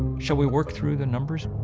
shall we work through the numbers?